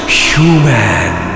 human